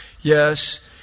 Yes